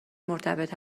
مرتبط